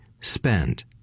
spend